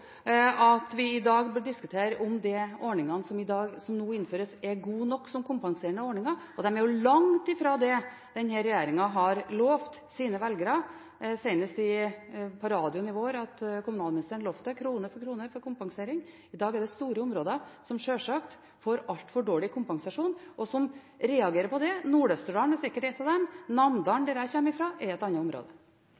at vi i dag bør diskutere om de ordningene som nå innføres, er gode nok som kompenserende ordninger. De er langt fra det denne regjeringen har lovt sine velgere – senest på radioen i vår lovte kommunalministeren krone for krone til kompensering. I dag er det store områder som sjølsagt får altfor dårlig kompensasjon, og som reagerer på det. Nord-Østerdalen er sikkert et av dem. Namdalen,